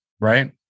right